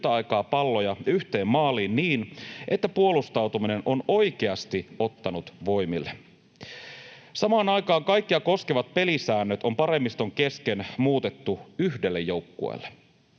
yhtä aikaa palloja yhteen maaliin niin, että puolustautuminen on oikeasti ottanut voimille. Samaan aikaan kaikkia koskevat pelisäännöt on paremmiston kesken muutettu yhdelle joukkueelle.